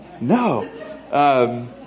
No